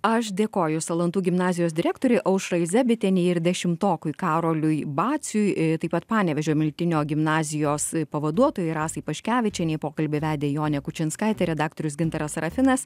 aš dėkoju salantų gimnazijos direktorei aušrai zebitienė ir dešimtokui karoliui baciui taip pat panevėžio miltinio gimnazijos pavaduotojai rasai paškevičienei pokalbį vedė jonė kučinskaitė redaktorius gintaras serafinas